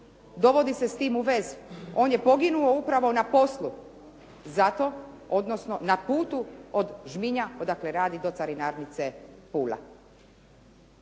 dovodi se s tim u vezu. On je poginuo upravo na poslu odnosno na putu od Žminja, odakle radi do carinarnice Pula.